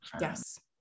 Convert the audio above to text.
Yes